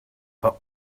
but